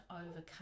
overcome